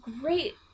great